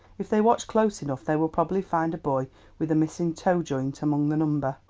if they watch close enough, they will probably find a boy with a missing toe joint among the number.